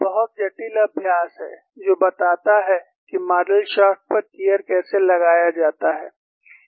बहुत जटिल अभ्यास है जो बताता है कि मॉडल शाफ्ट पर गियर कैसे लगाया जाता है